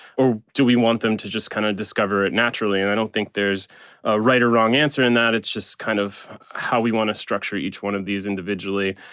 or do we want them to just kind of discover it naturally? and i don't think there's a right or wrong answer in that. it's just kind of how we want to structure each one of these individually.